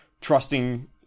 trusting